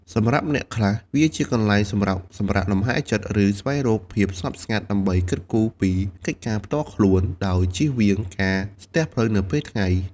សម្រាប់អ្នកខ្លះ វាជាកន្លែងសម្រាប់ សម្រាកលំហែចិត្ត ឬស្វែងរកភាពស្ងប់ស្ងាត់ដើម្បីគិតគូរពីកិច្ចការផ្ទាល់ខ្លួន ដោយជៀសវាងការស្ទះផ្លូវនៅពេលថ្ងៃ។